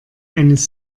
eines